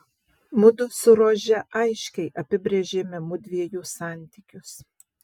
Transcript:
mudu su rože aiškiai apibrėžėme mudviejų santykius